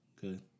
Good